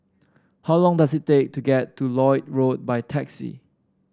how long does it take to get to Lloyd Road by taxi